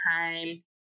time